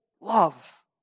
Love